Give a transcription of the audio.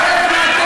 תתבייש.